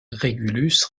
régulus